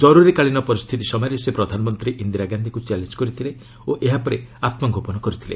ଜରୁରୀକାଳୀନ ପରିସ୍ଥିତି ସମୟରେ ସେ ପ୍ରଧାନମନ୍ତ୍ରୀ ଇନ୍ଦିରାଗାନ୍ଧିଙ୍କୁ ଚ୍ୟାଲେଞ୍ କରିଥିଲେ ଓ ଏହାପରେ ଆତ୍କଗୋପନ କରିଥିଲେ